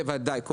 ודאי.